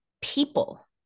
people